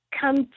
come